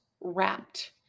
wrapped